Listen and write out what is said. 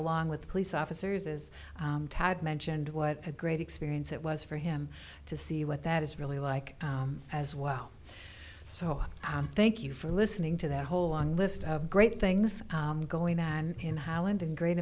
along with police officers as todd mentioned what a great experience it was for him to see what that is really like as well so thank you for listening to that whole long list of great things going on in holland a great